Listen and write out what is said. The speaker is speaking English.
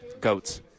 Goat's